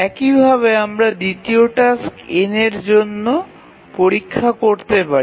একইভাবে আমরা দ্বিতীয় টাস্ক n এর জন্য পরীক্ষা করতে পারি